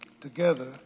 together